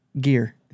gear